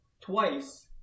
twice